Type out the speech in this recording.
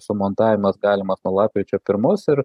sumontavimas galimas nuo lapkričio pirmos ir